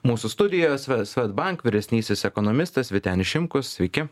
mūsų studijos swe swedbank vyresnysis ekonomistas vytenis šimkus sveiki